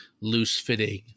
loose-fitting